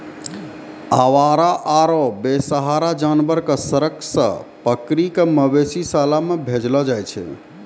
आवारा आरो बेसहारा जानवर कॅ सड़क सॅ पकड़ी कॅ मवेशी शाला मॅ भेजलो जाय छै